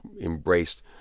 embraced